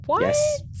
Yes